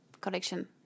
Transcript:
collection